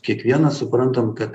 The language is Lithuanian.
kiekvienas suprantam kad